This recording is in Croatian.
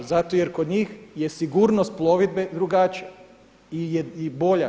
Zato jer je kod njih sigurnost plovidbe drugačija i bolja.